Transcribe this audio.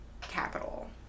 capital